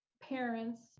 parents